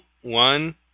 one